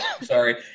Sorry